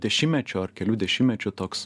dešimtmečio ar kelių dešimtmečių toks